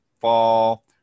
fall